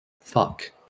fuck